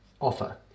offer